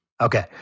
Okay